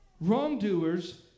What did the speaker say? Wrongdoers